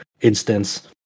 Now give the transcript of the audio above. instance